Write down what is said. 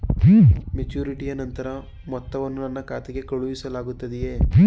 ಮೆಚುರಿಟಿಯ ನಂತರ ಮೊತ್ತವನ್ನು ನನ್ನ ಖಾತೆಗೆ ಕಳುಹಿಸಲಾಗುತ್ತದೆಯೇ?